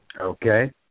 Okay